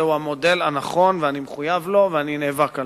זהו המודל הנכון, ואני מחויב לו, ואני נאבק עליו.